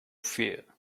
fear